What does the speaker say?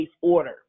order